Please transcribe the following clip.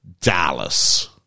Dallas